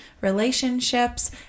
relationships